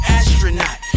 astronaut